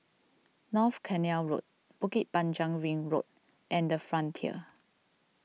North Canal Road Bukit Panjang Ring Road and the Frontier